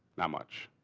not much.